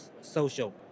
social